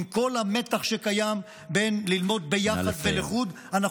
עם כל המתח שקיים בין ללמוד ביחד ולחוד, נא לסיים.